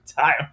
time